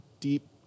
Deep